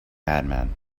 madman